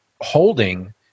holding